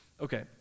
okay